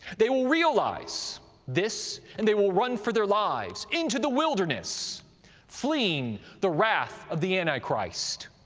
they will realize this and they will run for their lives into the wilderness fleeing the wrath of the antichrist.